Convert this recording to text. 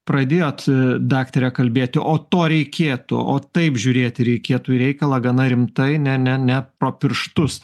pradėjot daktare kalbėti o to reikėtų o taip žiūrėti reikėtų į reikalą gana rimtai ne ne ne pro pirštus